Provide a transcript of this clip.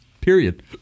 Period